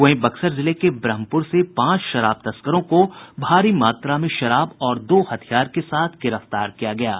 वहीं बक्सर जिले के ब्रहमपुर से पांच शराब तस्करों को भारी मात्रा में शराब और दो हथियार के साथ गिरफ्तार किया है